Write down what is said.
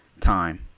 time